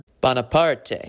Bonaparte